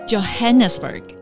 Johannesburg